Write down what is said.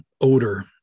odor